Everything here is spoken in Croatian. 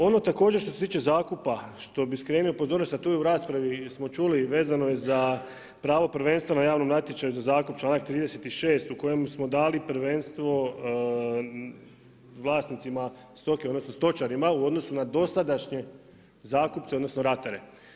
Ono također što se tiče zakupa što bi skrenuo pozornost, a to smo i u raspravi čuli vezano za pravo prvenstva na javnom natječaju za zakup članak 36 u kojemu smo dali prvenstvo vlasnicima stoke, odnosno stočarima u odnosu na dosadašnje zakupce, odnosno ratare.